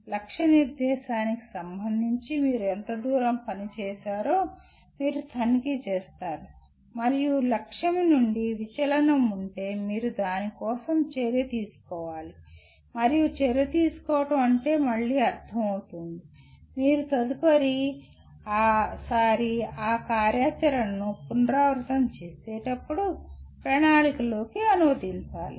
లక్ష్య నిర్దేశానికి సంబంధించి మీరు ఎంత దూరం పని చేశారో మీరు తనిఖీ చేస్తారు మరియు లక్ష్యం నుండి విచలనం ఉంటే మీరు దాని కోసం చర్య తీసుకోవాలి మరియు చర్య తీసుకోవడం అంటే మళ్ళీ అర్థం అవుతుంది మీరు తదుపరిసారి ఆ కార్యాచరణను పునరావృతం చేసేటప్పుడు ప్రణాళికలోకి అనువదించాలి